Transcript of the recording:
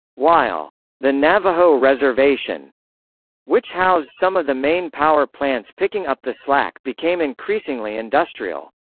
while the navajo reservation which housed some of the main power plants picking up the slack became increasingly industrial.